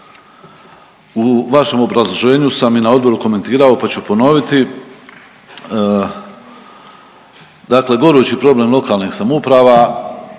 U vašem obrazloženju sam i na odboru komentirao pa ću ponoviti. Dakle, gorući problem lokalnih samouprava,